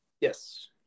Yes